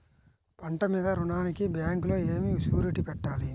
పంట మీద రుణానికి బ్యాంకులో ఏమి షూరిటీ పెట్టాలి?